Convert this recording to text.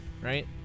right